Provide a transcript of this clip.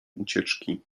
ucieczki